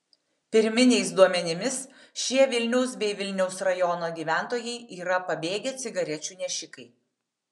pirminiais duomenimis šie vilniaus bei vilniaus rajono gyventojai yra pabėgę cigarečių nešikai